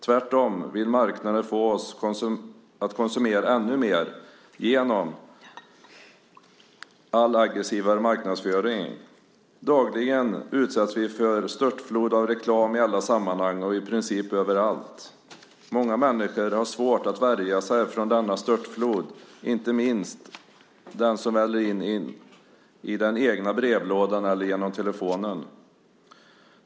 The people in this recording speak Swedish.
Tvärtom vill marknaden få oss att konsumera ännu mer genom en allt aggressivare marknadsföring. Dagligen utsätts vi för en störtflod av reklam i alla sammanhang och i princip överallt. Många människor har svårt att värja sig från denna störtflod av reklam, inte minst från den reklam som väller in i den egna brevlådan eller via telefon.